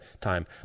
time